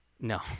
No